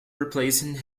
replacing